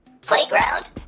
Playground